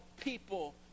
people